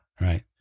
Right